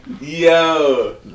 Yo